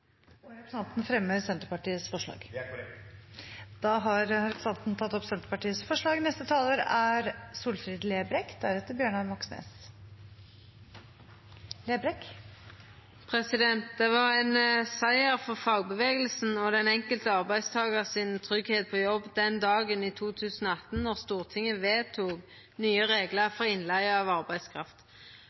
representanten ta opp Senterpartiet og SVs forslag? Det er korrekt! Da har representanten Per Olaf Lundteigen tatt opp det forslaget han refererte til. Det var ein siger for fagbevegelsen og for tryggleiken til den enkelte arbeidstakar på jobb den dagen i 2018 då Stortinget vedtok nye reglar for innleige av arbeidskraft.